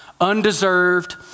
undeserved